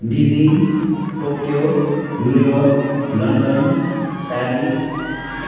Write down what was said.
Beijing Tokyo New York London Paris